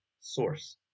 source